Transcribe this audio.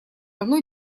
равно